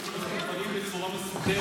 עניתי שאנחנו צריכים לכתוב דברים בצורה מסודרת.